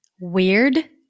Weird